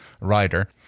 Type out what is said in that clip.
rider